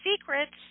secrets